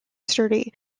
sturdy